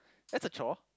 that's a chore